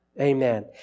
Amen